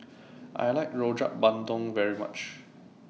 I like Rojak Bandung very much